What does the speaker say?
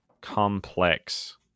complex